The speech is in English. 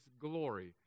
glory